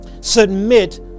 submit